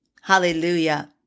Hallelujah